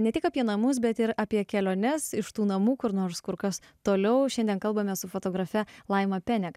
ne tik apie namus bet ir apie keliones iš tų namų kur nors kur kas toliau šiandien kalbame su fotografe laima penek